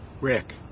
Rick